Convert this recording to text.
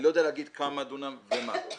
אני לא יודע כמה דונם ומה.